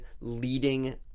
leading